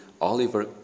Oliver